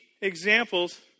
examples